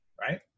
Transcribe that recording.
right